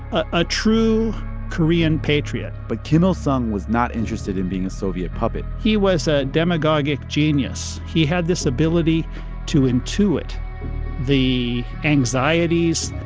a true korean patriot but kim il sung was not interested in being a soviet puppet he was a demagogic genius. he had this ability to intuit the anxieties,